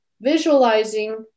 visualizing